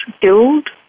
killed